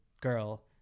girl